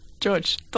George